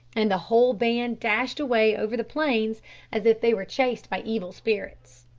and the whole band dashed away over the plains as if they were chased by evil spirits.